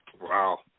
wow